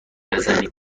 بزنیم